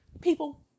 People